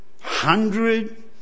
Hundred